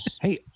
Hey